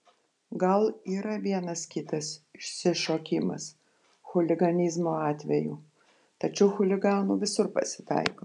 gal yra vienas kitas išsišokimas chuliganizmo atvejų tačiau chuliganų visur pasitaiko